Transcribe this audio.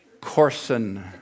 Corson